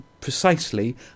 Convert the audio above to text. precisely